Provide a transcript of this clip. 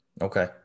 okay